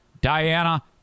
Diana